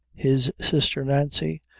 his sister nancy,